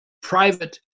private